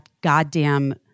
goddamn